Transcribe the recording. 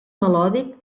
melòdic